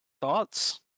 thoughts